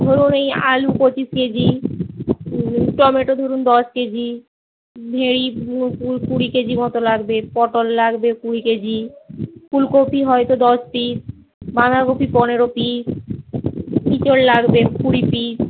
ধরুন এই আলু পঁচিশ কেজি টমেটো ধরুন দশ কেজি কুড়ি কেজি মতো লাগবে পটল লাগবে কুড়ি কেজি ফুলকপি হয়ত দশ পিস বাঁধাকপি পনেরো পিস এঁচোড় লাগবে কুড়ি পিস